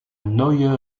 neue